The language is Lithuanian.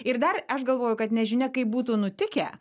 ir dar aš galvoju kad nežinia kaip būtų nutikę